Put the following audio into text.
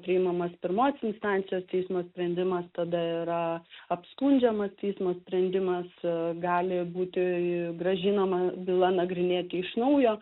priimamas pirmos instancijos teismo sprendimas tada yra apskundžiamas teismo sprendimas gali būti grąžinama byla nagrinėti iš naujo